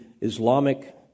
Islamic